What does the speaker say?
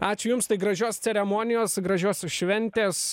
ačiū jums tai gražios ceremonijos gražios šventės